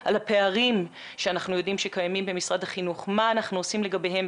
בטוח ללמידה ועל זה אנחנו גם עושים עבודה.